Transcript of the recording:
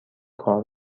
کار